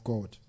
God